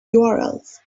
urls